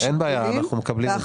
אין בעיה, אנחנו מקבלים את זה.